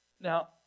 Now